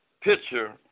picture